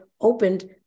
opened